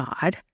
God